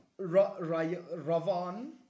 Ravan